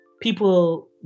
people